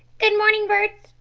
good morning, birds,